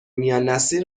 میاننسلی